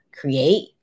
create